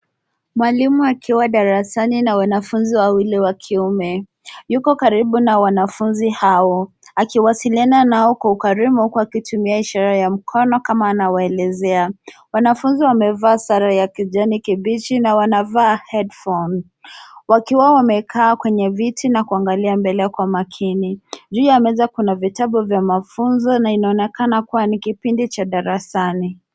Mwalimu akiwa darasani na wanafunzi wawili wa kiume. Yuko karibu na waanfunzi hao akiwasiliana nao kwa ukarimu kwa kutumia ishara ya mkono kama anawaelezea. Wanafunzi wamevaa sare ya kijani kibichi na wanvaa headphone wakiwa wamekaa kwenye viti na kuangalia mbele kwa makini. Juu ya meza kuna vitabu vya mafunzo na inaonekana kuwa ni kipindi cha darasani.